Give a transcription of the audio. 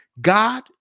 God